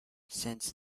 since